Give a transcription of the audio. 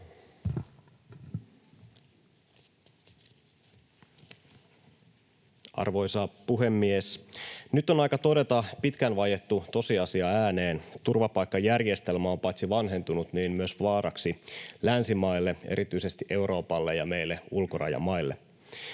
Arvoisa puhemies! Nyt on aika todeta pitkään vaiettu tosiasia ääneen: turvapaikkajärjestelmä on paitsi vanhentunut myös vaaraksi länsimaille, erityisesti Euroopalle ja meille ulkorajamaille.